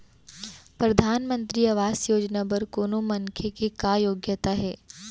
परधानमंतरी आवास योजना बर कोनो मनखे के का योग्यता हे?